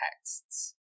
texts